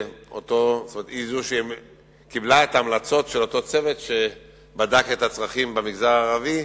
היא זאת שקיבלה את ההמלצות של אותו צוות שבדק את הצרכים במגזר הערבי,